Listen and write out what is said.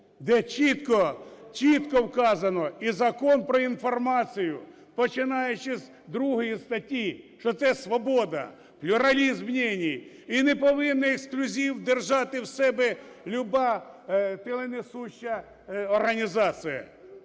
де чітко вказано? І Закон "Про інформацію", починаючи з 2 статті, що це свобода, плюралізм мнений, і не повинні ексклюзив держати в себе люба теленесуща організація.